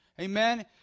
amen